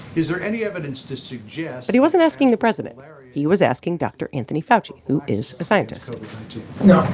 is there any evidence to suggest. but he wasn't asking the president. he was asking dr. anthony fauci, who is a scientist no.